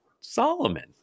Solomon